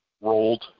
rolled